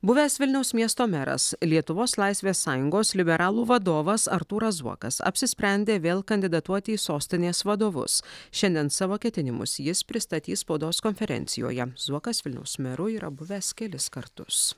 buvęs vilniaus miesto meras lietuvos laisvės sąjungos liberalų vadovas artūras zuokas apsisprendė vėl kandidatuoti į sostinės vadovus šiandien savo ketinimus jis pristatys spaudos konferencijoje zuokas vilniaus meru yra buvęs kelis kartus